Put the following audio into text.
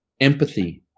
Empathy